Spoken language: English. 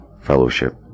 Fellowship